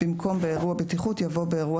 במקום "באירוע בטיחות" יבוא "באירוע